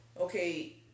Okay